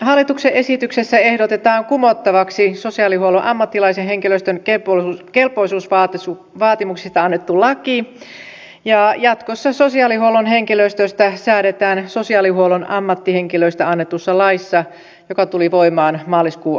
hallituksen esityksessä ehdotetaan kumottavaksi sosiaalihuollon ammatillisen henkilöstön kelpoisuusvaatimuksista annettu laki ja jatkossa sosiaalihuollon henkilöstöstä säädetään sosiaalihuollon ammattihenkilöistä annetussa laissa joka tuli voimaan maaliskuun alussa